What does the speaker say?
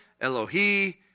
Elohi